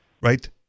right